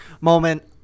moment